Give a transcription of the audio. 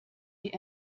die